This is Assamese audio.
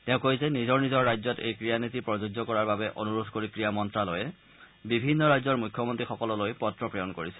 তেওঁ কয় যে নিজৰ নিজৰ ৰাজ্যত এই ক্ৰীড়া নীতি প্ৰযোজ্য কৰাৰ বাবে অনুৰোধ কৰি ক্ৰীড়া মন্ত্যালয়ে বিভিন্ন ৰাজ্যৰ মুখ্যমন্ত্ৰীসকললৈ পত্ৰ প্ৰেৰণ কৰিছে